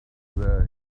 were